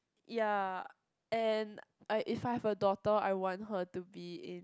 ya and uh if I have a daughter I want her to be in